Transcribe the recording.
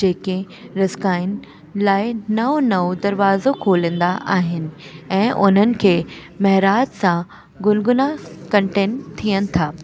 जेके रसकाइन लाइ नओं नओं दरवाज़ो खोलंदा आहिनि ऐं उन्हनि खे महिराज सां गुनगुना कंटेंट थियनि था